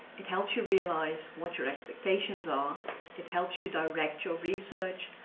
it helps you realise what your expectations, are it helps you direct your research,